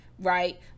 right